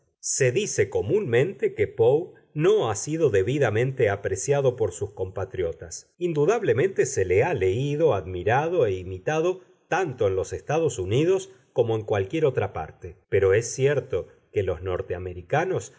se dice comúnmente que poe no ha sido debidamente apreciado por sus compatriotas indudablemente se le ha leído admirado e imitado tanto en los estados unidos como en cualquiera otra parte pero es cierto que los norteamericanos